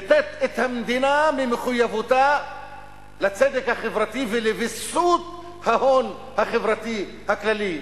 את המדינה ממחויבותה לצדק החברתי ולוויסות ההון החברתי הכללי.